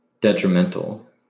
detrimental